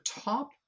top